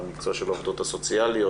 מקצוע של העובדות הסוציאליות,